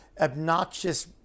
obnoxious